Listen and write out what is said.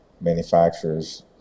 manufacturers